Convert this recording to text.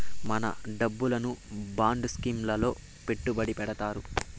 మన డబ్బును bond scheme లలో పెట్టుబడి పెడతారు